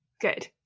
Good